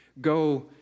go